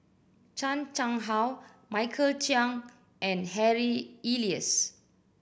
Chan Chang How Michael Chiang and Harry Elias